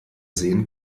sehen